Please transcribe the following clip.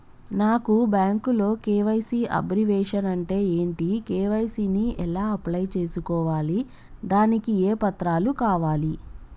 నాకు బ్యాంకులో KYC abbreviation అంటే ఏంటి కే.వై.సీ ని ఎలా అప్లై చేసుకోవాలి దానికి ఏ పత్రాలు కావాలి?